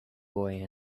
boy